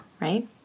right